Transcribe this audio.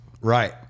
right